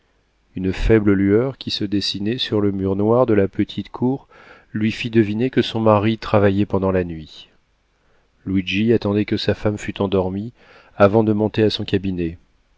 une faible lueur qui se dessinait sur le mur noir de la petite cour lui fit deviner que son mari travaillait pendant la nuit luigi attendait que sa femme fût endormie avant de monter à son cabinet